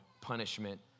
punishment